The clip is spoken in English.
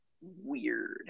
weird